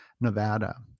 Nevada